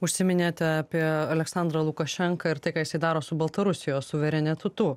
užsiminėte apie aleksandrą lukašenką ir tai ką jisai daro su baltarusijos suverenitetu tu